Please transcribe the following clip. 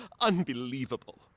Unbelievable